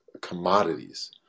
commodities